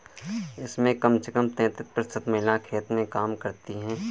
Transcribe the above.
इसमें कम से कम तैंतीस प्रतिशत महिलाएं खेत में काम करती हैं